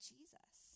Jesus